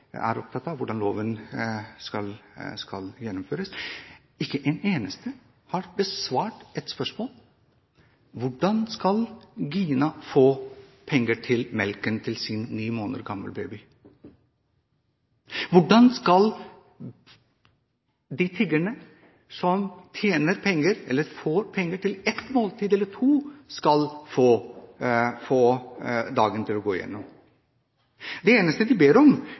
de er opptatt av, er hvordan loven skal gjennomføres. Ikke en eneste har besvart spørsmålet: Hvordan skal Gina få penger til melken til sin ni måneder gamle baby? Hvordan skal de tiggerne som tjener, eller får, penger til et måltid eller to, komme seg gjennom dagen? Det eneste en ber om,